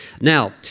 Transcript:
Now